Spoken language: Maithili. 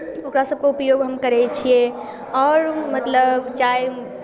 ओकरासभके उपयोग हम करै छियै आओर मतलब चाय